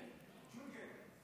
ג'ונגל.